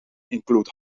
include